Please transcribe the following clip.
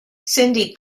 cindy